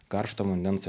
karšto vandens